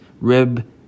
rib